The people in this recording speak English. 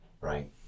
Right